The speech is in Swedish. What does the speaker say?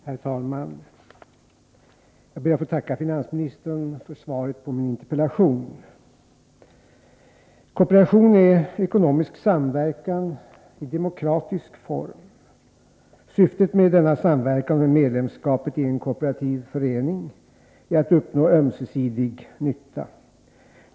Herr talman! Jag ber att få tacka finansministern för svaret på min interpellation. Kooperation är ekonomisk samverkan i demokratisk form. Syftet med denna samverkan och med medlemskapet i en kooperativ förening är att uppnå ömsesidig nytta.